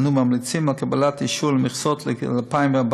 אנו ממליצים על קבלת אישור למכסות לכ-2,400